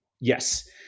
Yes